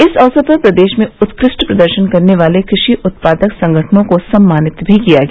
इस अवसर पर प्रदेश में उत्कृष्ट प्रदर्शन करने वाले कृषि उत्पादक संगठनों को सम्मानित भी किया गया